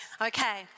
Okay